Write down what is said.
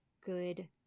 good